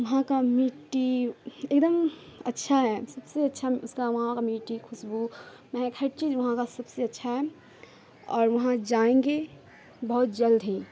وہاں کا مٹی ایک دم اچھا ہے سب سے اچھا اس کا وہاں کا مٹی خوشبو مہک ہر چیز وہاں کا سب سے اچھا ہے اور وہاں جائیں گے بہت جلد ہی